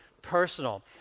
personal